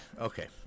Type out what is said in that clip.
okay